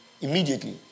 immediately